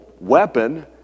weapon